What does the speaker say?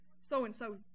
so-and-so